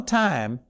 time